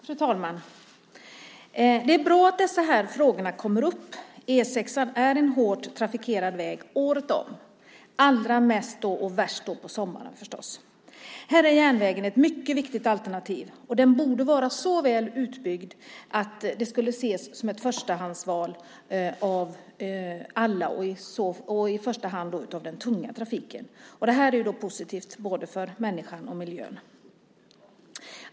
Fru talman! Det är bra att dessa frågor kommer upp. E 6:an är en hårt trafikerad väg - året om, men naturligtvis allra mest och värst på sommaren. Här är järnvägen ett mycket viktigt alternativ. Den borde vara så väl utbyggd att den sågs som ett förstahandsval av alla och i första hand av den tunga trafiken. Det skulle vara positivt för både människan och miljön.